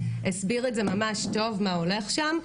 הסביר את זה ממש טוב מה הולך שם,